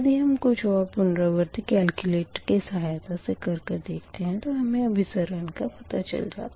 यदि हम कुछ और पुनरावर्ती कलक्यूलेटेर की सहायता से कर कर देखते तो हमें अभिसरण का पता चल जाता